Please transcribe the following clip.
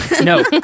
No